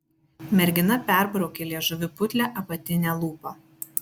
mergina perbraukė liežuviu putlią apatinę lūpą